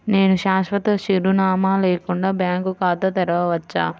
నేను శాశ్వత చిరునామా లేకుండా బ్యాంక్ ఖాతా తెరవచ్చా?